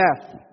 death